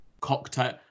cocktail